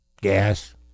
gas